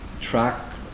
track